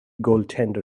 goaltender